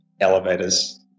elevators